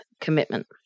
commitment